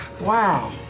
Wow